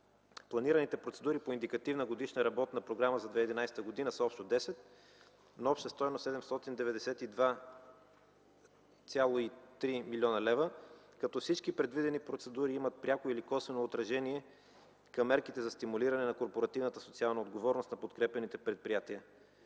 Планираните процедури по индикативна годишна работна програма за 2011 г. са общо десет на обща стойност 792,3 млн. лв., като всички предвидени процедури имат пряко или косвено отражение към мерките за стимулиране на корпоративната социална отговорност на подкрепяните предприятия.